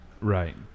Right